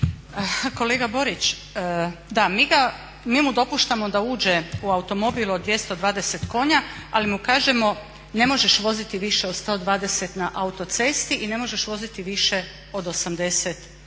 Kolega Borić, da mi mu dopuštamo da uđe u automobil od 220 konja ali mu kažemo ne možeš voziti više od 120 na autocesti i ne možeš voziti više od 80 na